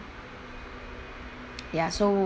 ya so